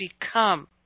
become